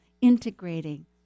integrating